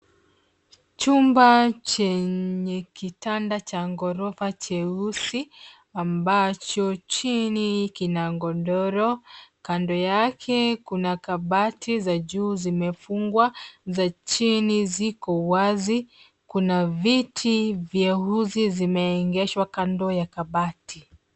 Chumba chenye kiitanda cha ghorofa cheusi ambacho chini kina godoro kando yake kuna kabati za juu zimefungwa za chini ziko wazi. Kuna viti vyeusi zimeegeshwa kando. ya kabati.